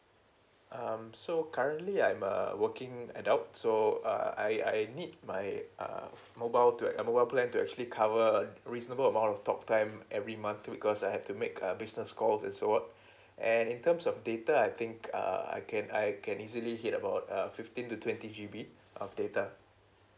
um so currently I'm a working adult so uh I I need my uh mobile to a mobile plan to actually cover a reasonable amount of talk time every month because I have to make err business calls and so on and in terms of data I think uh I can I can easily hit about uh fifteen to twenty G_B of data